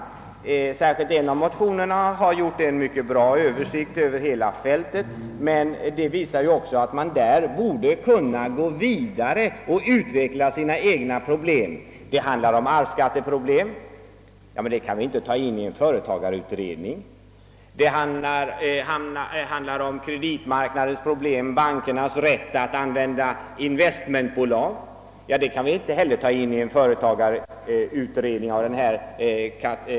En av motionerna innehåller visserligen en mycket god översikt över hela fältet, och det visar sig alltså att man borde kunna gå vidare och utreda sina egna problem. Det handlar om arvsskatteproblem. Sådana kan vi inte behandla i en företagarutredning. Det handlar om kreditmarknadens problem och om bankernas rätt att använda investmentbolag. Sådana frågor kan inte heller behandlas i en utredning av detta slag.